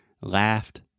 Laughed